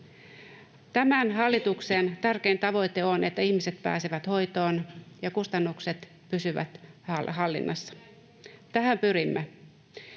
Tämän hallituksen tärkein tavoite on, että ihmiset pääsevät hoitoon ja kustannukset pysyvät hallinnassa. Tähän pyrimme.